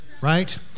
right